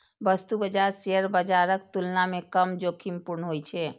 वस्तु बाजार शेयर बाजारक तुलना मे कम जोखिमपूर्ण होइ छै